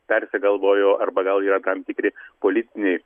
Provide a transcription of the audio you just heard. persigalvojo arba gal yra tam tikri politiniai